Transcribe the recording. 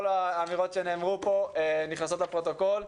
כל האמירות שנאמרו פה נכנסות לפרוטוקול,